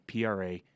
PRA